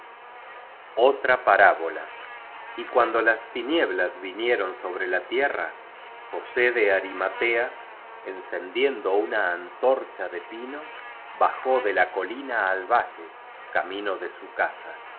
otra parábola y cuando las tinieblas vinieron sobre la tierra josé de arimatea encendiendo una antorcha de pino bajó de ta colina al valle camino de su casa